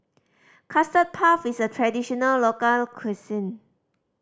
Custard Puff is a traditional local cuisine